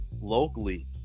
locally